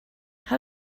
how